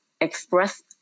express